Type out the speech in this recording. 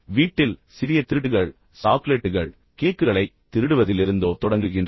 வீட்டில் சிறிய திருட்டுகள் சாக்லேட்டுகளைத் திருடுவதிலிருந்தோ கேக்குகளைத் திருடுவதிலிருந்தோ தொடங்குகின்றன